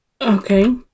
Okay